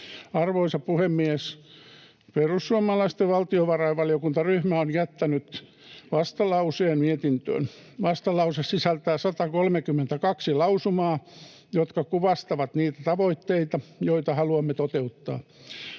Arvoisa puhemies! Perussuomalaisten valtiovarainvaliokuntaryhmä on jättänyt vastalauseen mietintöön. Vastalause sisältää 132 lausumaa, jotka kuvastavat niitä tavoitteita, joita haluamme toteuttaa.